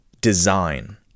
design